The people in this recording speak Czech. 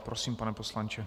Prosím, pane poslanče.